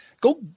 go